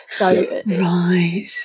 Right